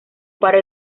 para